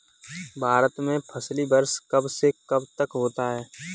भारत में फसली वर्ष कब से कब तक होता है?